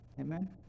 Amen